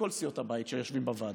מכל סיעות הבית שיושבים בוועדה,